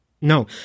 No